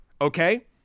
Okay